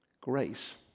Grace